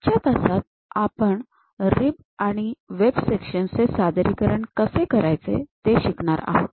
आजच्या तासात आपण आपण रिब आणि वेब सेक्शन्स चे सादरीकरण कसे करायचे ते शिकणार आहोत